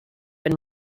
been